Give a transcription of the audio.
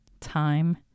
time